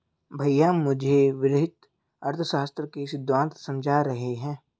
भैया मुझे वृहत अर्थशास्त्र के सिद्धांत समझा रहे हैं